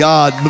God